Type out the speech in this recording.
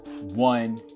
one